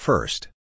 First